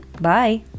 Bye